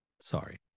Sorry